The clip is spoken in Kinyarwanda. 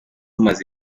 umaze